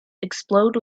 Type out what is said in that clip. explode